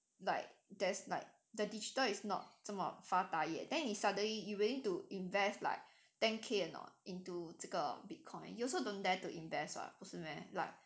like there's like the digital is not 这么发达 then suddenly you willing to invest like ten K or not into 这个 bitcoin you also don't dare to invest [what] 不是 meh like